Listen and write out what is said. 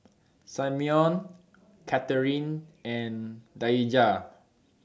Simeon Cathrine and Daija